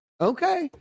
okay